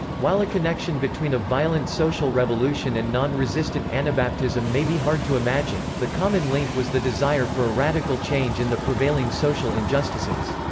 while a connection between a violent social revolution and non-resistant anabaptism may be hard to imagine, the common link was the desire for a radical change in the prevailing social injustices.